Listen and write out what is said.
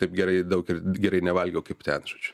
taip gerai ir daug ir gerai nevalgiau kaip ten žodžiu